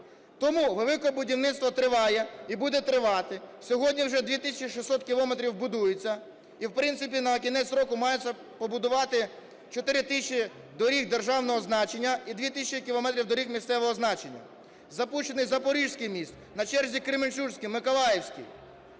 Тому велике будівництво триває і буде тривати. Сьогодні вже 2 тисячі 600 кілометрів будується, і, в принципі, на кінець року має побудуватися 4 тисячі доріг державного значення і 2 тисячі кілометрів доріг місцевого значення. Запущений запорізький міст, на черзі кременчуцький, миколаївський.